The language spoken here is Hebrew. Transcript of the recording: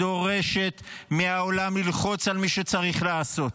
דורשת מהעולם ללחוץ על מי שצריך לעשות.